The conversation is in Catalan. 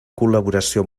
col·laboració